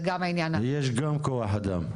זה גם העניין --- יש גם כוח אדם.